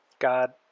God